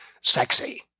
sexy